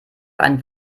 ein